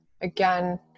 again